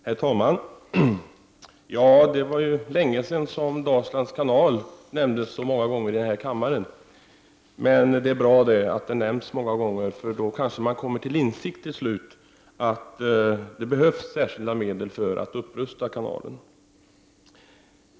Herr talman! Det var ju länge sedan Dalslands kanal nämndes så många gånger i kammaren som i dag. Men det är bra att den nämns så många gånger, för då kanske man till slut kommer till insikt om att det behövs särskilda medel för att upprusta kanalen.